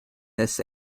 this